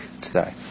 today